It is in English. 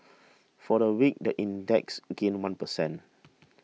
for the week the index gained one per cent